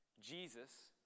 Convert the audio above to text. Jesus